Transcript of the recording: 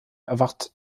erwacht